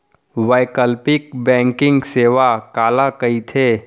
वैकल्पिक बैंकिंग सेवा काला कहिथे?